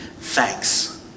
thanks